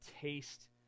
taste